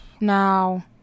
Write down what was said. Now